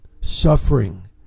suffering